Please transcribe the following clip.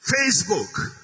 Facebook